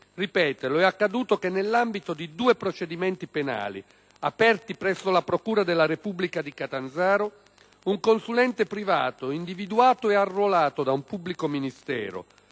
ripeterlo: nell'ambito di due procedimenti penali aperti presso la Procura della Repubblica di Catanzaro un consulente privato, individuato e "arruolato" da un pubblico ministero